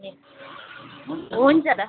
हुन्छ त